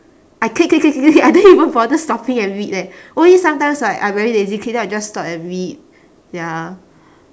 I click click click click click click I don't even bother stopping and read leh only sometimes like I very lazy click then I just stop and read ya